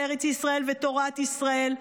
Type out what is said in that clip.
ארץ ישראל ותורת ישראל,